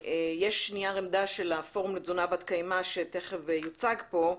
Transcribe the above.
יש נייר עמדה של הפורום לתזונה בת קיימא שתכף יוצג פה,